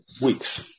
weeks